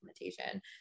implementation